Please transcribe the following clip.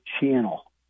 channel